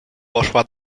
poszła